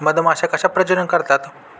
मधमाश्या कशा प्रजनन करतात?